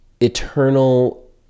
eternal